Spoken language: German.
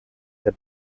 der